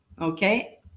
okay